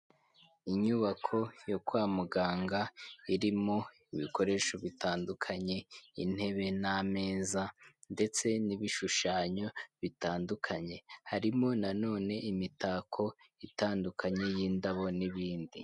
Inyubako yo kwa muganga irimo ibikoresho bitandukanye intebe n'ameza ndetse n'ibishushanyo bitandukanye, harimo na none imitako itandukanye y'indabo n'ibindi.